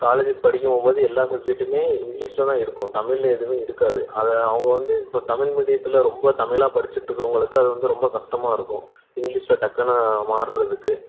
colleges படிக்க போம்போது எல்லாம் சப்ஜெக்ட்டுமே இங்கிலிஸில்தான் இருக்கும் தமிழ்ல எதுவுமே இருக்காது அதை அவங்க வந்து இப்போ தமிழ் மீடியத்தில் ரொம்ப தமிழாக படிச்சிட்டுறவங்களுக்கு அது வந்து ரொம்ப கஷ்ட்டமா இருக்கும் இங்கிலிஸில் டக்குன்னு மாறுறதுக்கு